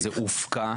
שזה הופקע.